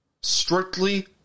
Strictly